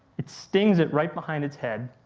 it stings it right behind its head,